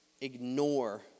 ignore